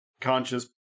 conscious